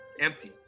empty